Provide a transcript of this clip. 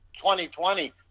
2020